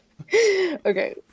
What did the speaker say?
Okay